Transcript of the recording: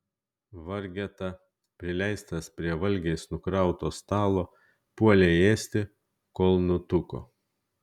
vargeta prileistas prie valgiais nukrauto stalo puolė ėsti kol nutuko